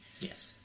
Yes